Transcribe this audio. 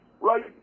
right